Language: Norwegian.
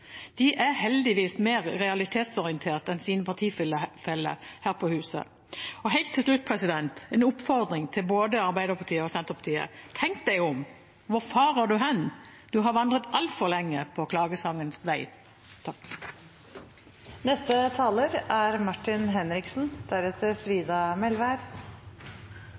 De er heldigvis mer realitetsorientert enn sine partifeller her på huset. Og helt til slutt en oppfordring til både Arbeiderpartiet og Senterpartiet: «Tenk deg om nå Hvor farer du hen Du har vandret alt for lenge» på klagesangens vei.